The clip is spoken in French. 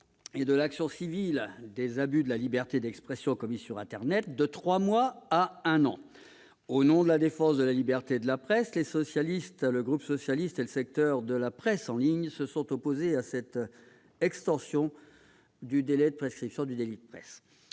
et de l'action civile des abus de la liberté d'expression commis sur internet de trois mois à un an. Au nom de la défense de la liberté de la presse, les membres du groupe socialiste et les représentants du secteur de la presse en ligne se sont opposés à cette extension du délai de prescription du délit de presse.